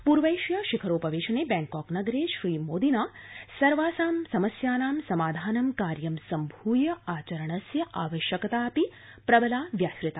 प्रैंशिया शिखरोपवेशने बैंकॉक नगरे श्रीमोदिना सर्वासां समस्यानां समाधानं कार्यम् सम्भूय आचरणस्यावश्यकतापि प्रबला व्याहता